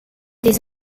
des